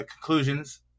conclusions